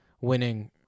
winning